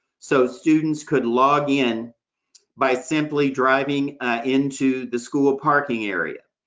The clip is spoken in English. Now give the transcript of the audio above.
so students could log in by simply driving into the school parking area.